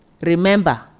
remember